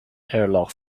airlock